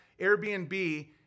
Airbnb